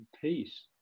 peace